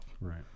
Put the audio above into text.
Right